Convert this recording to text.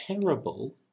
terrible